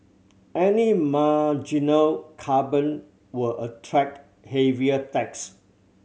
any marginal carbon will attract heavier tax